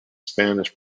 spanish